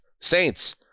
Saints